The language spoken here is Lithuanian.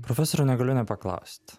profesoriau negaliu nepaklaust